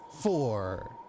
four